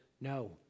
no